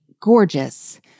gorgeous